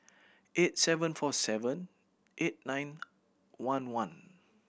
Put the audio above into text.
eight seven four seven eight nine one one